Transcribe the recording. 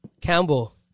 Campbell